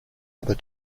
other